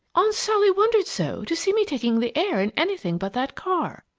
aunt sally wondered so, to see me taking the air in anything but that car!